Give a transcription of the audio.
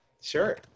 Sure